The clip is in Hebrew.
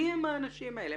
מי הם האנשים האלה?